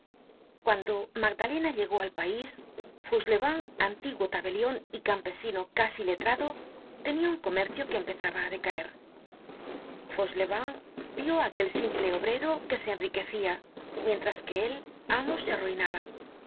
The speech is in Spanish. cuando magdalena llegó al pais fauchelevent antiguo tabelion y campesino casi letrado tenia un comercio que empezaba á decaer fauchelevent vió aquel simple obrero que se enriquecia mientras que él amo se arruinaba